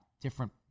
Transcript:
different